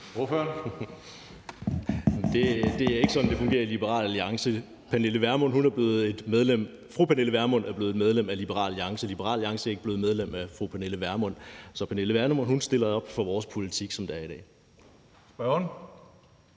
Det er ikke sådan, det fungerer i Liberal Alliance. Fru Pernille Vermund er blevet medlem af Liberal Alliance; Liberal Alliance er ikke blevet medlem af fru Pernille Vermund. Så fru Pernille Vermund stiller op med vores politik, som det er i dag.